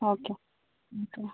okay okay